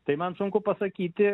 tai man sunku pasakyti